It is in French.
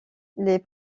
les